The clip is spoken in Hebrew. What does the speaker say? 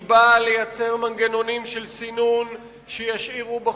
היא באה לייצר מנגנונים של סינון שישאירו בחוץ,